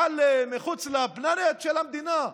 מחוץ ל-planet של המדינה?